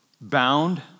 bound